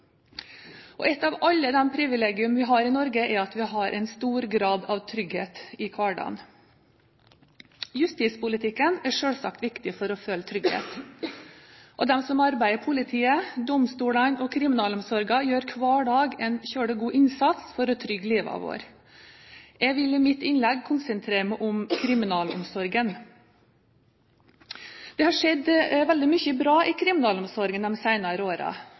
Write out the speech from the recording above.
Et av alle de privilegiene vi har i Norge, er at vi har en stor grad av trygghet i hverdagen. Justispolitikken er selvsagt viktig for å føle trygghet. De som arbeider i politiet, domstolene og kriminalomsorgen, gjør hver dag en meget god innsats for å trygge våre liv. Jeg vil i mitt innlegg konsentrere meg om kriminalomsorgen. Det har skjedd veldig mye bra i kriminalomsorgen